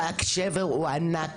והשבר הוא ענק.